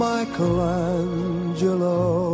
Michelangelo